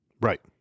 Right